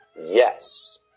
yes